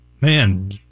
Man